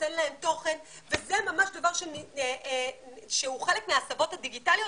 נותן להם תוכן וזה חלק מההסבות הדיגיטליות